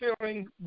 feeling